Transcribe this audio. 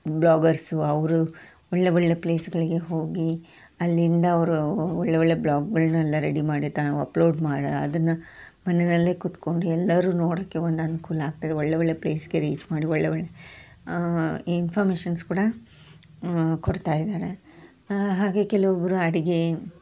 bloggers ಅವರು ಒಳ್ಳೆಯ ಒಳ್ಳೆಯ ಪ್ಲೇಸ್ಗಳಿಗೆ ಹೋಗಿ ಅಲ್ಲಿಂದ ಅವರು ಒಳ್ಳೆಯ ಒಳ್ಳೆಯ ಬ್ಲಾಗ್ಗಳನ್ನೆಲ್ಲ ರೆಡಿ ಮಾಡಿ ತಾವು ಅಪ್ಲೋಡ್ ಮಾಡಿ ಅದನ್ನು ಮನೆಯಲ್ಲೇ ಕುತ್ಕೊಂಡು ಎಲ್ಲರೂ ನೋಡೋಕ್ಕೆ ಒಂದು ಅನುಕೂಲ ಆಗ್ತದೆ ಒಳ್ಳೆಯ ಒಳ್ಳೆಯ ಪ್ಲೇಸ್ಗೆ ರೀಚ್ ಮಾಡಿ ಒಳ್ಳೆಯ ಒಳ್ಳೆಯ ಇನ್ಫಾರ್ಮೇಶನ್ಸ್ ಕೂಡ ಕೊಡ್ತಾ ಇದ್ದಾರೆ ಹಾಗೆ ಕೆಲವೊಬ್ಬರು ಅಡುಗೆ